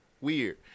Weird